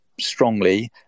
strongly